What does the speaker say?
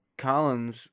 Collins